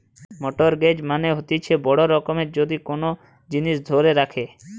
mortgage মানে হতিছে বড় রকমের যদি কোন জিনিস ধরে রাখে